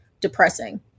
depressing